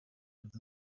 with